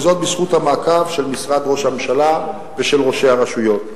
וזאת בזכות המעקב של משרד ראש הממשלה ושל ראשי הרשויות.